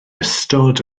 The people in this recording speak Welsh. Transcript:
ystod